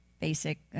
basic